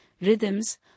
rhythms